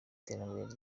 terambere